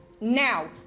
now